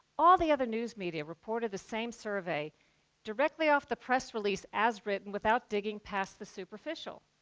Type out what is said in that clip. all the other news media reported the same survey directly off the press release, as written, without digging past the superficial.